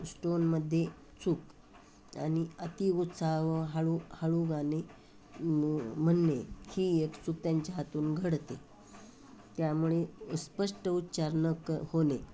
स्टोनमध्ये चूक आणि अतिउत्साह व हळू हळू गाणे म्हणणे ही एक चूक त्यांच्या हातून घडते त्यामुळे स्पष्ट उच्चारण क होणे